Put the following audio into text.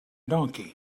donkey